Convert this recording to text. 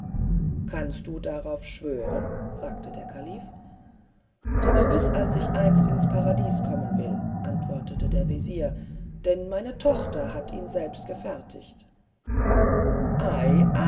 kannst du darauf schwören fragte der kalife so gewiß als ich einst ins paradies kommen will antwortete der wesir denn meine tochter hat ihn selbst verfertigt